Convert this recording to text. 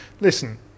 Listen